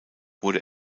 wurde